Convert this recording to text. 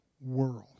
world